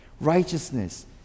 Righteousness